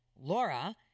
Laura